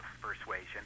persuasion